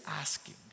asking